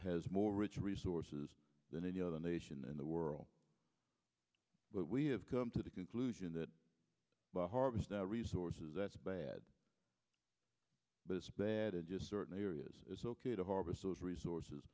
has more rich resources than any other nation in the world but we have come to the conclusion that the harvest our resources that's bad but it's bad and just certain areas it's ok to harvest those resources